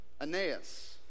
Aeneas